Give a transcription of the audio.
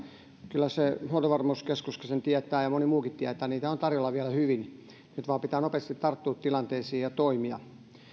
kyllä se huoltovarmuuskeskuskin sen tietää ja moni muukin tietää että niitä on tarjolla vielä hyvin nyt vain pitää nopeasti tarttua tilanteisiin ja toimia